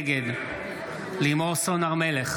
נגד לימור סון הר מלך,